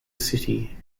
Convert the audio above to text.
city